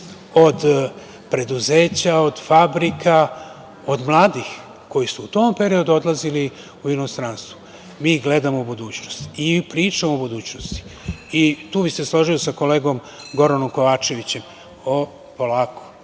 od preduzeća, od fabrika, od mladih koji su u tom periodu odlazili u inostranstvo. Mi gledamo u budućnost i pričamo o budućnosti. Tu bih se složio sa kolegom Goranom Kovačevićem – polako,